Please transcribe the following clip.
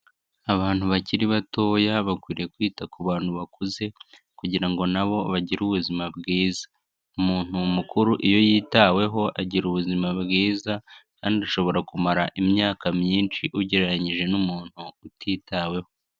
Abantu bakiri batoya bakwiriye kwita ku bantu bakuze kugira ngo na bo bagire ubuzima bwiza, umuntu mukuru iyo yitaweho agira ubuzima bwiza kandi ashobora kumara imyaka myinshi, ugereranyije n'umuntu utitaweho.